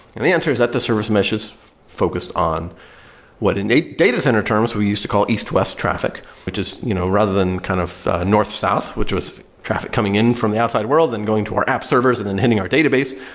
and the answer is that the service meshes focused on what in data center terms, we used to call east-west traffic, which is you know rather than kind of north-south, which was traffic coming in from the outside world and going to our app servers and then hitting our database,